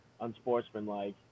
unsportsmanlike